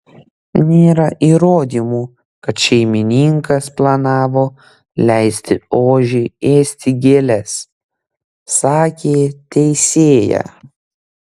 nėra įrodymų kad šeimininkas planavo leisti ožiui ėsti gėles sakė teisėja